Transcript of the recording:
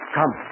Come